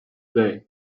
day